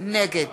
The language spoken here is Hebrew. נגד